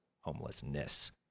homelessness